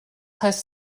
heißt